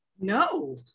No